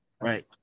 Right